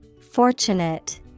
Fortunate